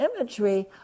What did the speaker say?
imagery